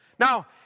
Now